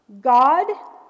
God